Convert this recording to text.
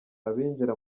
abinjira